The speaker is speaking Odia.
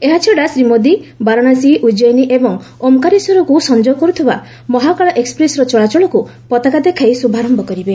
ଏହାଛଡ଼ା ଶ୍ରୀ ମୋଦି ବାରଣାସୀ ଉଜ୍ଜୟିନୀ ଏବଂ ଓମ୍କାରେଶ୍ୱରକୁ ସଫଯୋଗ କରୁଥିବା ମହାକାଳ ଏକ୍କପ୍ରେସ୍ର ଚଳାଚଳକୁ ପତାକା ଦେଖାଇ ଶୁଭାରମ୍ଭ କରିବେ